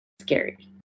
scary